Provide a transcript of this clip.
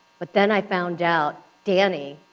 but then i found out, danny,